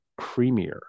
creamier